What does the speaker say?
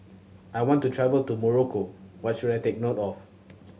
I want to travel to Morocco what should I take note of